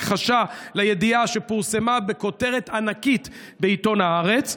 הכחשה לידיעה שפורסמה בכותרת ענקית בעיתון הארץ.